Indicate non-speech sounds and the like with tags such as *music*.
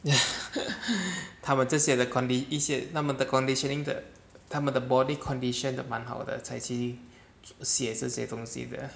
*laughs* 他们这些的 condi~ 一些那么 conditioning 的他们的 body condition 蛮好的才去学这些东西的